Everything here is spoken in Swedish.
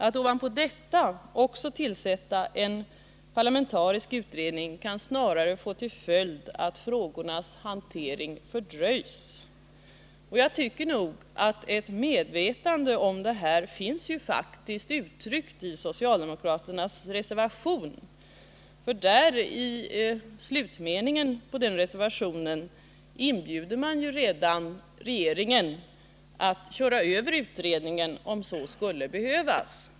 Att ovanpå detta också tillsätta en parlamentarisk utredning kan snarare få till följd att frågornas hantering fördröjs. Ett medvetande om detta finns ju faktiskt uttryckt i socialdemokraternas reservation. I den reservationens slutmening inbjuder man regeringen att köra över utredningen om så skulle behövas.